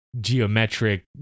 geometric